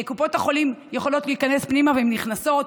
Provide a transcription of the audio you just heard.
קופות החולים יכולות להיכנס פנימה, והן נכנסות.